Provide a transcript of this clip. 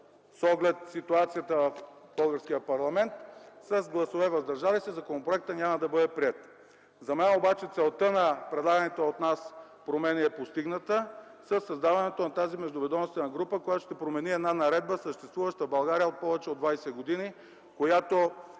с оглед ситуацията в българския парламент с гласове „въздържали се” законопроектът няма да бъде приет. За мен обаче целта на предлаганите от нас промени е постигната със създаването на тази междуведомствена група, която ще промени една наредба, съществуваща в България повече от 20 години, която